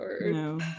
No